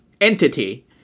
entity